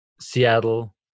Seattle